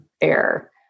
air